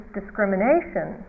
discrimination